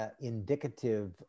indicative